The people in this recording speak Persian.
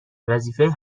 وظیفه